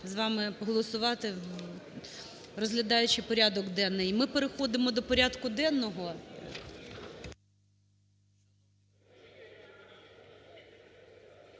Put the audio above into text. з вами голосувати, розглядаючи порядок денний. Ми переходимо до порядку денного.